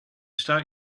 start